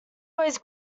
always